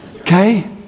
Okay